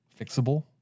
fixable